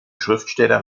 schriftsteller